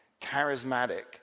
charismatic